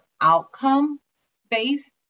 outcome-based